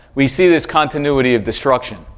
we see this continuity of destruction,